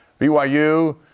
BYU